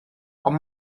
ond